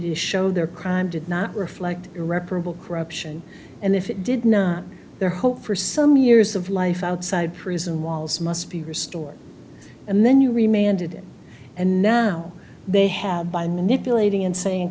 to show their crime did not reflect irreparable corruption and if it did not their hope for some years of life outside prison walls must be restored and then you remain ended and now they have been manipulating and sayin